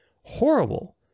horrible